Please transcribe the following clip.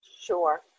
Sure